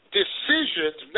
decisions